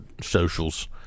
socials